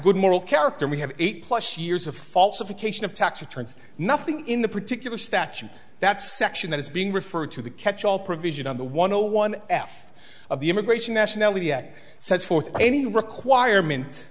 good moral character we have eight plus years of faults of occasion of tax returns nothing in the particular statute that section that is being referred to the catch all provision on the one zero one half of the immigration nationality yet sets forth any requirement